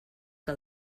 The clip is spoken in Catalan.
que